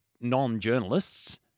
non-journalists